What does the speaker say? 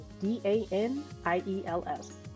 D-A-N-I-E-L-S